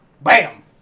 bam